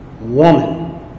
Woman